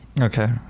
Okay